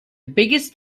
biggest